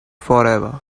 forever